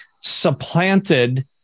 supplanted